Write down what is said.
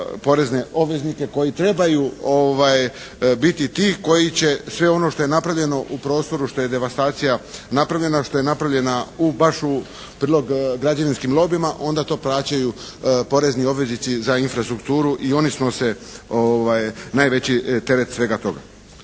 porezne obveznike koji trebaju biti ti koji će sve ono što je napravljeno u prostoru, što je devastacija napravljena. Što je napravljena baš u prilog građevinskim lobijima onda to plaćaju porezni obveznici za infrastrukturu i oni snose najveći teret svega toga.